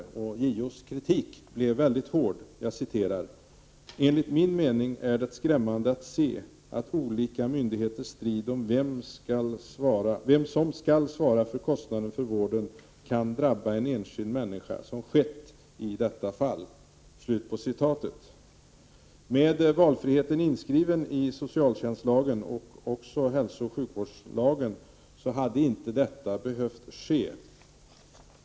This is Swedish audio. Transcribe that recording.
JO:s kritik blev mycket hård: ”Enligt min mening är det skrämmande att se att olika myndigheters strid om vem som skall svara för kostnaden för vården kan drabba en enskild människa som skett i detta fall.” Med valfriheten inskriven i socialtjänstlagen och hälsooch sjukvårdslagen hade detta inte behövt ske.